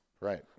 Right